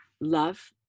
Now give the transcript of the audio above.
love